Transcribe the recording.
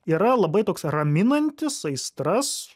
yra labai toks raminantis aistras